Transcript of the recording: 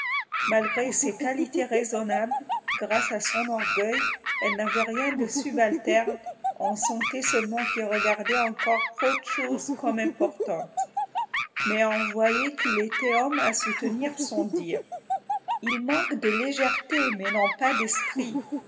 malgré ces qualités raisonnables grâce à son orgueil elle n'avait rien de subalterne on sentait seulement qu'il regardait encore trop de choses comme importantes mais on voyait qu'il était homme à soutenir son dire il manque de légèreté mais non pas d'esprit